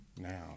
Now